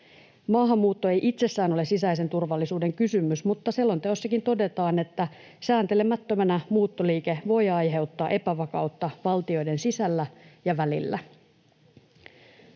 Maahanmuutto ei itsessään ole sisäisen turvallisuuden kysymys, mutta selonteossakin todetaan, että sääntelemättömänä muuttoliike voi aiheuttaa epävakautta valtioiden sisällä ja välillä.